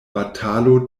batalo